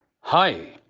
Hi